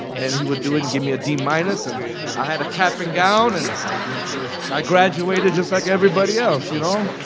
and he would do it and give me a d-minus. and i had a cap and gown. and i graduated just like everybody else, you know